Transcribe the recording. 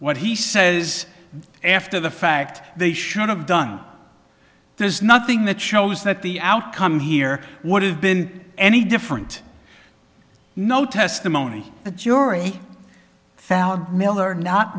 what he says after the fact they should have done there's nothing that shows that the outcome here what has been any different no testimony the jury found miller not